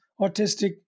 autistic